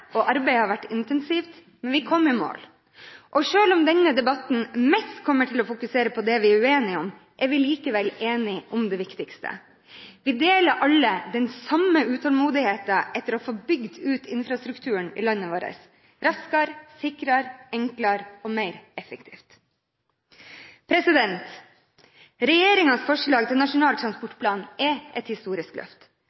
og arbeidet har vært intensivt, men vi kom i mål. Selv om denne debatten mest kommer til å fokusere på det vi er uenige om, er vi likevel enige om det viktigste. Vi deler alle den samme utålmodigheten etter å få bygd ut infrastrukturen i landet vårt – raskere, sikrere, enklere og mer effektivt. Regjeringens forslag til Nasjonal